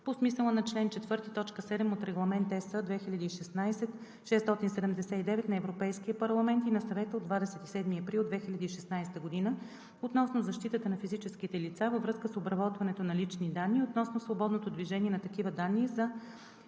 по смисъла на чл. 4, т. 7 от Регламент (ЕС) 2016/679 на Европейския парламент и на Съвета от 27 април 2016 г. относно защитата на физическите лица във връзка с обработването на лични данни и относно свободното движение на такива данни и